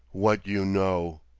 what you know!